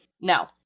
Now